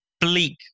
bleak